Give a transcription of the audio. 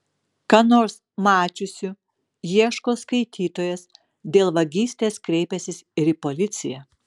ką nors mačiusių ieško skaitytojas dėl vagystės kreipęsis ir į policiją